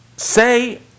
Say